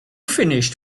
finished